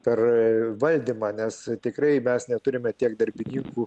per valdymą nes tikrai mes neturime tiek darbininkų